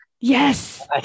yes